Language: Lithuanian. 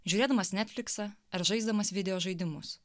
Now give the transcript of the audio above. žiūrėdamas netfliksą ar žaisdamas video žaidimus